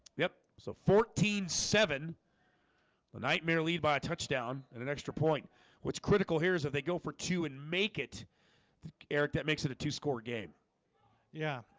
yep, so fourteen seven the nightmare lead by a touchdown and an extra point what's critical here is that they go for two and make it the eric that makes it a two score game yeah,